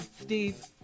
Steve